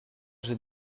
j’ai